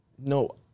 No